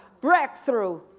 breakthrough